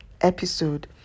episode